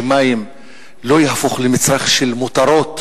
שמים לא יהפכו למצרך של מותרות